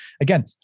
Again